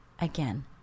again